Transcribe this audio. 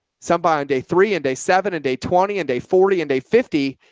somebody on day three and day seven and day twenty and day forty and day fifty,